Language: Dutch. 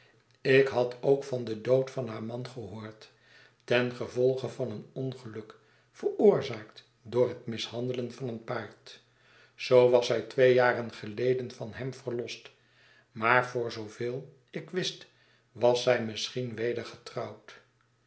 ik had ook van den dood van haar man gehoord ten gevolge van een ongeluk veroorzaakt door hetmishandelen van een paard zoo was zij twee jar en geleden van hem verlost maar voor zooveel ik wist was zij misschien weder getrouwd